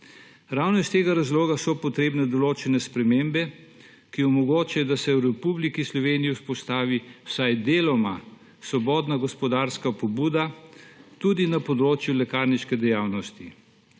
Ravno iz tega razloga so potrebne določene spremembe, ki omogoča, da se v Republiki Sloveniji vzpostavi saj deloma svobodna gospodarska pobuda tudi na področju lekarniške dejavnosti.